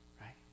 right